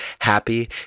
happy